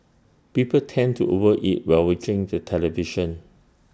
people tend to over eat while watching the television